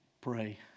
Pray